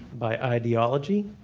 by ideology,